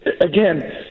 again